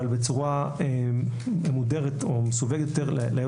לממשלה אבל בצורה מודרת או מסווגת יותר.